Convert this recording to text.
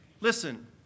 Listen